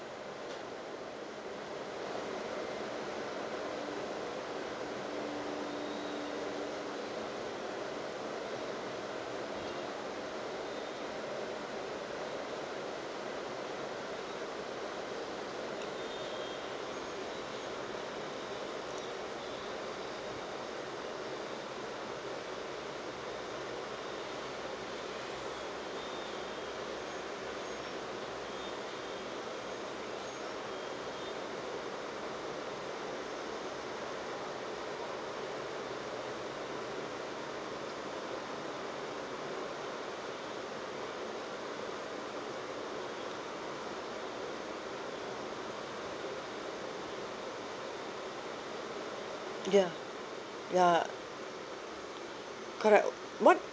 ya ya correct what